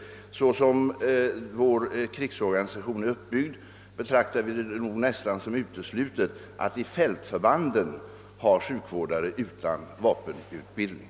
Med hänsyn till den uppbyggnad som vår krigsorganisation har betraktar vi det såsom nära nog uteslutet att i fältförbanden ha sjukvårdare utan vapenutbildning.